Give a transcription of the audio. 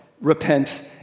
repent